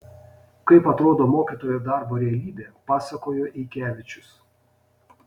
kaip atrodo mokytojo darbo realybė pasakojo eikevičius